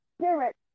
spirit